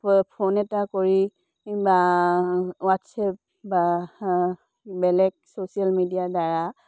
phone এটা কৰি বা হোৱাটছ এপ বা বেলেগ ছ'চিয়েল মিডিয়াৰ দ্বাৰা